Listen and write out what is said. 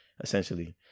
essentially